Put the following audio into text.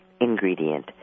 ingredient